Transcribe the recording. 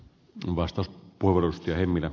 arvoisa puhemies